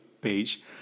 page